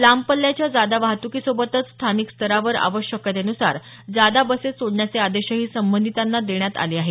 लांब पल्याच्या जादा वाहतुकीसोबतचं स्थानिक स्तरावर आवश्यकतेनुसार जादा बसेस सोडण्याचे आदेशही संबंधितांना देण्यात आले आहेत